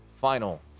final